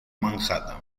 manhattan